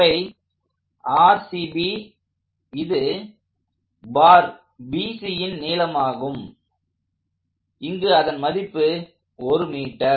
அவை இது BC பாரின் நீளமாகும் இங்கு அதன் மதிப்பு 1 m